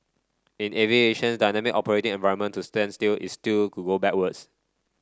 in aviation's dynamic operating environment to stand still is to go backwards